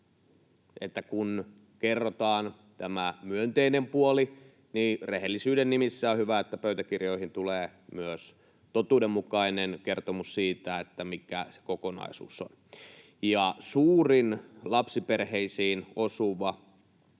kun kerrotaan tämä myönteinen puoli, niin rehellisyyden nimissä on hyvä, että pöytäkirjoihin tulee myös totuudenmukainen kertomus siitä, mikä se kokonaisuus on. Suurin lapsiperheisiin osuva